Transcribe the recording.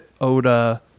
Oda